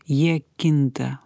jie kinta